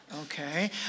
Okay